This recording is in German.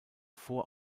vor